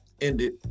ended